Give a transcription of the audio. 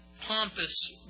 pompous